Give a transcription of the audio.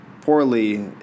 poorly